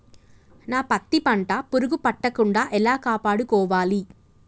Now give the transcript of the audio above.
నా పత్తి పంట పురుగు పట్టకుండా ఎలా కాపాడుకోవాలి?